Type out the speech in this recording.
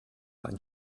ein